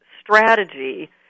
strategy